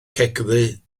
cegddu